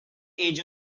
age